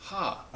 ha